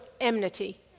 enmity